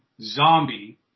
zombie